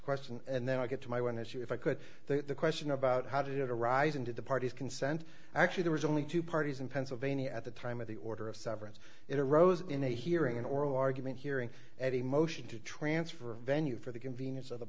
question and then i'll get to my one issue if i could the question about how did it arise into the party's consent actually there was only two parties in pennsylvania at the time of the order of severance it arose in a hearing an oral argument hearing a motion to transfer venue for the convenience of the